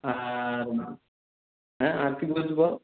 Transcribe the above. আর হ্যাঁ আর কী বলছ বল